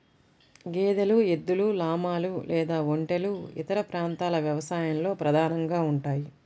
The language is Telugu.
గేదెలు, ఎద్దులు, లామాలు లేదా ఒంటెలు ఇతర ప్రాంతాల వ్యవసాయంలో ప్రధానంగా ఉంటాయి